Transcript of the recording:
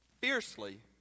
fiercely